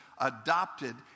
adopted